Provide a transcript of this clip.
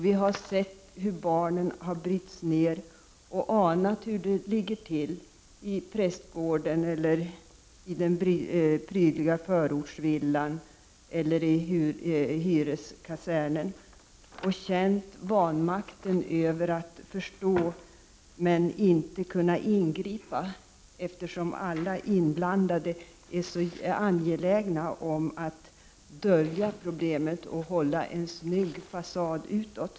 Vi har sett hur barnen har brutits ned och anat hur det ligger till i prästgården, i den prydliga förortsvillan eller i hyreskasernen och känt vanmakten över att förstå men inte kunna ingripa, eftersom alla inblandade är så angelägna om att dölja problemet och hålla en snygg fasad utåt.